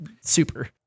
super